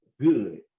Good